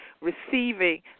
receiving